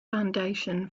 foundation